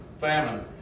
famine